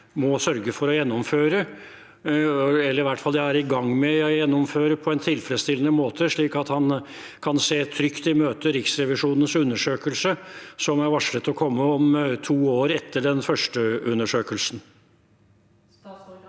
må sørge for å gjennomføre – eller i hvert fall er i gang med å gjennomføre på en tilfredsstillende måte – slik at han kan se trygt i møte Riksrevisjonens undersøkelse, som er varslet å komme to år etter den første undersøkelsen?